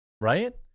right